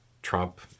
Trump